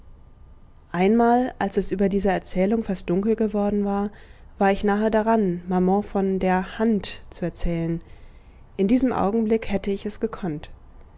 einmal als es über dieser erzählung fast dunkel geworden war war ich nahe daran maman von der hand zu erzählen in diesem augenblick hätte ich es gekonnt